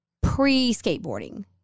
pre-skateboarding